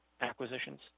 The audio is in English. acquisitions